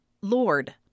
lord